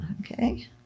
Okay